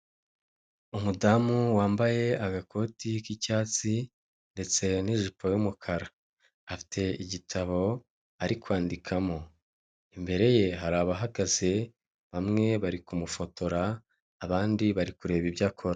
Umudamu wambaye agakoti k'icyatsi, ndetse n'ijipo y'umukara. Afite igitabo ari kwandikamo. Imbere ye, hari abahagaze, bamwe bari kumufotora, abandi bari kureba ibyo akora.